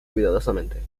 cuidadosamente